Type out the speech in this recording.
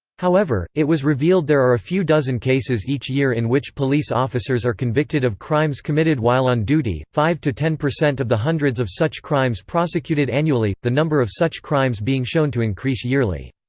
however, it was revealed there are a few dozen cases each year in which police officers are convicted of crimes committed while on duty, five to ten percent of the hundreds of such crimes prosecuted annually the number of such crimes being shown to increase yearly.